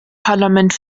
parlament